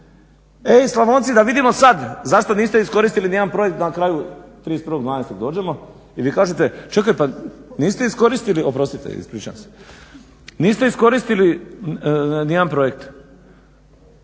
ej Slavonci da vidimo sad zašto niste iskoristili nijedan projekt na kraju 31.12. dođemo i vi kažete čekaj pa niste iskoristili, oprostite ispričavam se, niste iskoristili nijedan projekt